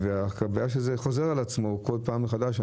הבעיה היא שזה חוזר על עצמו בכל פעם מחדש.